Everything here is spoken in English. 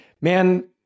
Man